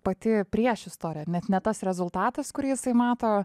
pati priešistorė net ne tas rezultatas kurį jisai mato